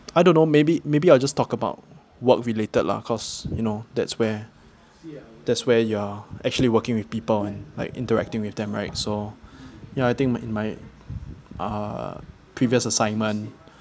I don't know maybe maybe I'll just talk about work related lah cause you know that's where that's where you're actually working with people and like interacting with them right so ya I think my my uh previous assignment